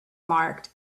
marked